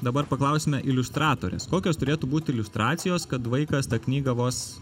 dabar paklausime iliustratorės kokios turėtų būti iliustracijos kad vaikas tą knygą vos